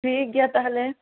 ᱴᱷᱤᱠ ᱜᱮᱭᱟ ᱛᱟᱦᱚᱞᱮ